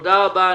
תודה רבה.